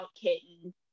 kitten